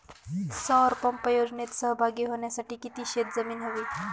सौर पंप योजनेत सहभागी होण्यासाठी किती शेत जमीन हवी?